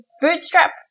bootstrap